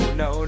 no